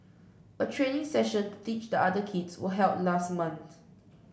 a training session to teach the other children was held last month